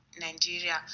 Nigeria